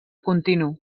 continu